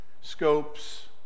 scopes